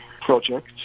project